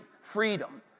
Freedom